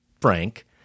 Frank